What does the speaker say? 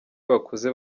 bakuze